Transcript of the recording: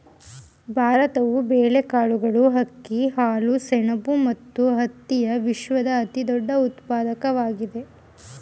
ಭಾರತವು ಬೇಳೆಕಾಳುಗಳು, ಅಕ್ಕಿ, ಹಾಲು, ಸೆಣಬು ಮತ್ತು ಹತ್ತಿಯ ವಿಶ್ವದ ಅತಿದೊಡ್ಡ ಉತ್ಪಾದಕವಾಗಿದೆ